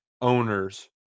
owners